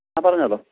ആ പറഞ്ഞോളൂ